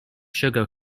sugar